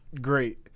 great